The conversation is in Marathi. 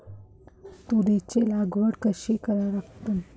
तुरीची लागवड कशी करा लागन?